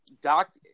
Doc